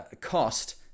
cost